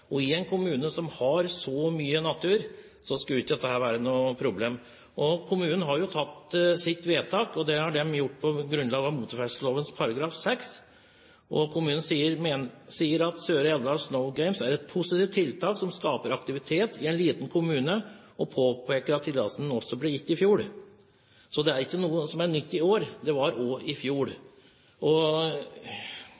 I en kommune som har så mye natur, skulle ikke dette være noe problem. Kommunen har fattet sitt vedtak, og det har de gjort på grunnlag av motorferdselslovens § 6. Kommunen sier at Elvdal’n Snow Games er et positivt tiltak som «skaper aktivitet i en liten kommune» og påpeker at tillatelsen også ble gitt i fjor. Så det er ikke noe som er nytt i år. Det var også i fjor.